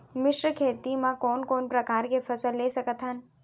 मिश्र खेती मा कोन कोन प्रकार के फसल ले सकत हन?